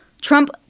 Trump